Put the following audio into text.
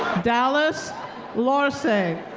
dallas lorse.